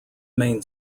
main